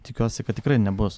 tikiuosi kad tikrai nebus